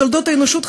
בתולדות האנושות,